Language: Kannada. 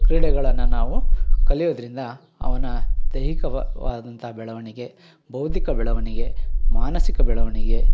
ಕ್ರೀಡೆಗಳನ್ನು ನಾವು ಕಲಿಯೋದ್ರಿಂದ ಅವನ ದೈಹಿಕವಾದಂಥ ಬೆಳವಣಿಗೆ ಬೌದ್ದಿಕ ಬೆಳವಣಿಗೆ ಮಾನಸಿಕ ಬೆಳವಣಿಗೆ